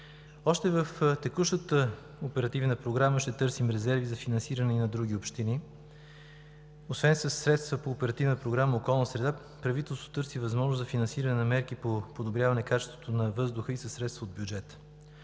Още в текущата оперативна програма ще търсим резерви за финансиране и на други общини. Освен със средства по Оперативна програма „Околна среда“ правителството търси възможност за финансиране на мерки по подобряване качеството на въздуха и със средства от бюджета.